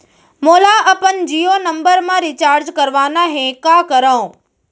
मोला अपन जियो नंबर म रिचार्ज करवाना हे, का करव?